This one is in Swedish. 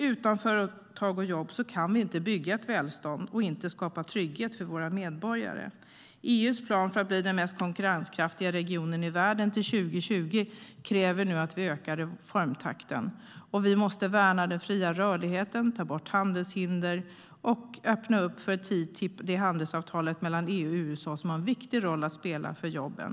Utan företag och jobb kan vi inte bygga ett välstånd och inte skapa trygghet för våra medborgare. EU:s plan för att bli den mest konkurrenskraftiga regionen i världen till 2020 kräver nu att vi ökar reformtakten. Vi måste värna den fria rörligheten och ta bort handelshinder. Vi ska öppna upp för TTIP, ett handelsavtal mellan EU och USA som har en viktig roll att spela för jobben.